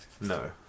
no